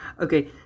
Okay